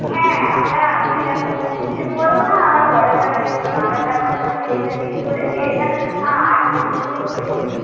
হ্যাঁ আমরা এটা পঁচিশে ডিসেম্বরও না আবার পয়লা জানুয়ারিতেও না আমরা তার মাঝামাঝি ডেটটা ফিক্সড করেছি এটা আটাশে ডিসেম্বর করেছি